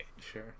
Sure